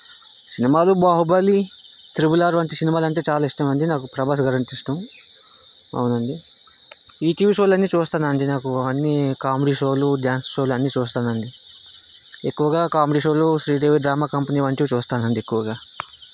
సినిమాలు Baahubali triple R వంటి సినిమాలు అంటే చాలా ఇష్టం అండి నాకు ప్రభాస్ గారంటే ఇష్టం అవునండి ఈ టీవీ షోలన్నీ చూస్తానండి నాకు అవన్నీ కామెడీ షోలు డ్యాన్స్ షోలు అన్నీ చూస్తానండి ఎక్కువగా కామెడీ షోలు శ్రీదేవి డ్రామా కంపెనీ వంటివి చూస్తానండి ఎక్కువగా